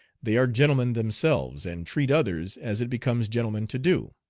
they are gentlemen themselves, and treat others as it becomes gentlemen to do.